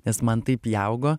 nes man taip įaugo